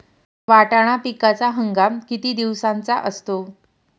वाटाणा पिकाचा हंगाम किती दिवसांचा असतो?